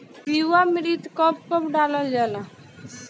जीवामृत कब कब डालल जाला?